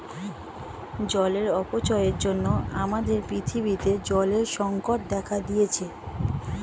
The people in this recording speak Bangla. জলের অপচয়ের জন্য আমাদের পৃথিবীতে জলের সংকট দেখা দিয়েছে